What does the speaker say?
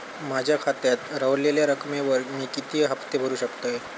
माझ्या खात्यात रव्हलेल्या रकमेवर मी किती हफ्ते भरू शकतय?